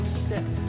step